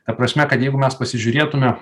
ta prasme kad jeigu mes pasižiūrėtume